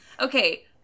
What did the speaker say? Okay